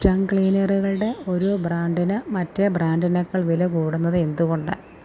tongue ക്ലീനറുകൾടെ ഒരു ബ്രാൻഡിന് മറ്റേ ബ്രാൻഡിനേക്കാൾ വിലകൂടുന്നത് എന്തുകൊണ്ടാണ്